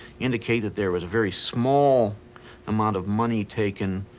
indicate that there was a very small amount of money taken,